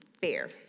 fair